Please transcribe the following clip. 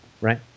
right